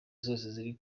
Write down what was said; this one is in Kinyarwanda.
ziri